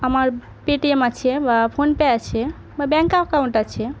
আমার পেটিএম আছে বা ফোনপে আছে বা ব্যাঙ্ক অ্যাকাউন্ট আছে